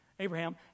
Abraham